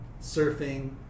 surfing